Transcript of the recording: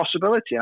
possibility